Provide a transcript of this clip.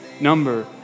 number